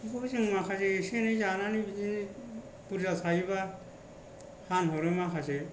बिदिनो बेफोरखौबो एसे एनै जानानै बिदिनो बुरजा थायोबा फानहरो माखासे